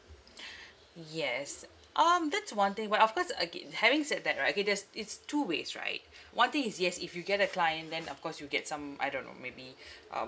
yes um that's one thing but of course again having said that right okay that's it's two ways right one thing is yes if you get a client then of course you get some I don't know maybe um